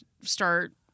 start